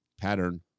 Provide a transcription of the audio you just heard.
Pattern